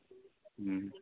હમ